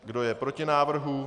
Kdo je proti návrhu?